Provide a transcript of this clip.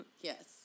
Yes